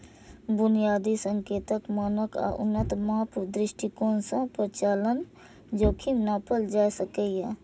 बुनियादी संकेतक, मानक आ उन्नत माप दृष्टिकोण सं परिचालन जोखिम नापल जा सकैए